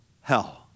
hell